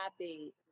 happy